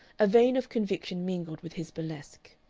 a vein of conviction mingled with his burlesque.